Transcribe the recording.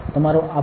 તમારો આભાર